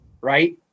right